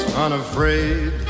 unafraid